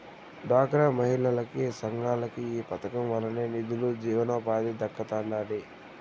డ్వాక్రా మహిళలకి, సంఘాలకి ఈ పదకం వల్లనే నిదులు, జీవనోపాధి దక్కతండాడి